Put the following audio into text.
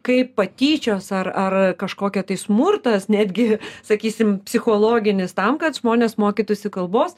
kaip patyčios ar ar kažkokia tai smurtas netgi sakysim psichologinis tam kad žmonės mokytųsi kalbos